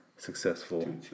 Successful